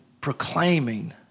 proclaiming